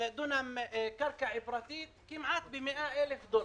קרקע פרטית כמעט ב-100,000 דולר.